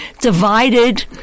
divided